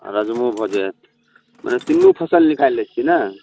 राजमो भऽ जाइया मने तीनू फसल निकालि लै छियै ने